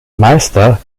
meister